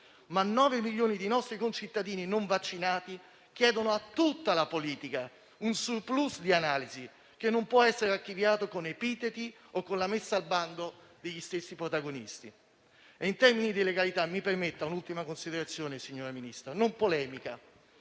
ma nove milioni di nostri concittadini non vaccinati chiedono a tutta la politica un *surplus* di analisi che non può essere archiviato con epiteti o con la messa al bando degli stessi protagonisti. In termini di legalità, mi permetta un'ultima considerazione non polemica,